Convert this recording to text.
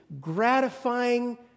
Gratifying